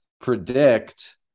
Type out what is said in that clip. predict